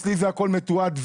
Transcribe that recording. אצלי זה הכול מתועד,